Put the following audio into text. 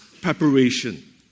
preparation